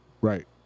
Right